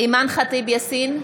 אימאן ח'טיב יאסין,